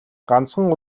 ганцхан